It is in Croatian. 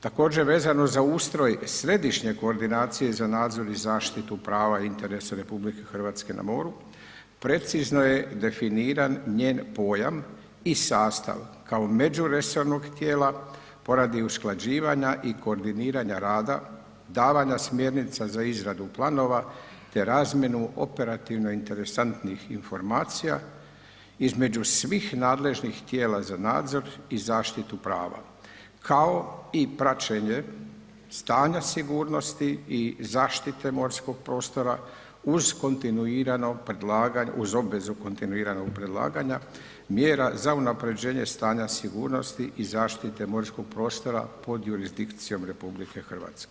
Također vezano za ustroj središnje koordinacije za nadzor i zaštitu prava interesa RH na moru precizno je definiran njen pojam i sastav kao međuresornog tijela poradi usklađivanja i koordiniranja rada, davanja smjernica za izradu planova te razmjenu operativno interesantnih informacija između svih nadležnih tijela za nadzor i zaštitu prava kao i praćenje stanja sigurnosti i zaštite morskog prostora uz obvezu kontinuiranog predlaganja mjera za unapređenje stanja sigurnosti i zaštite morskog prostora pod jurisdikcijom RH.